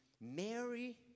Mary